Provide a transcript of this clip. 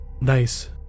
Nice